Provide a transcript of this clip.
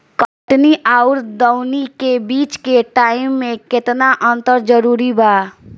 कटनी आउर दऊनी के बीच के टाइम मे केतना अंतर जरूरी बा?